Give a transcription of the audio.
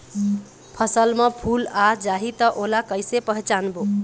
फसल म फूल आ जाही त ओला कइसे पहचानबो?